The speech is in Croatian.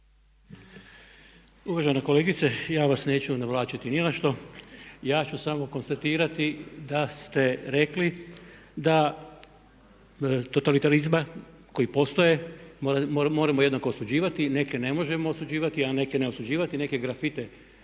Uvažena kolegice ja vas neću navlačiti ni na što. Ja ću samo konstatirati da ste rekli da totalitarizma koji postoje moramo jednako osuđivati, neke ne možemo osuđivati, a neke ne osuđivati, neke grafite